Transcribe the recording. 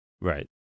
Right